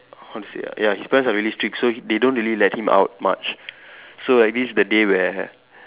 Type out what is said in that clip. how to say ah ya his parents are really strict so they don't really let him out much so like this the day where